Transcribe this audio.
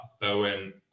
bowen